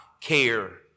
care